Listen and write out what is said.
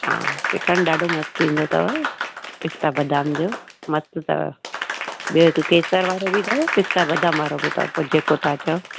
हा श्रीखंड ॾाढो मस्तु ईंदो अथव पिस्ता बदाम जो मस्तु अथव ॿियो हिकु केसर वारो बि अथव पिस्ता बदाम वारो बि अथव पोइ जेको तव्हां चओ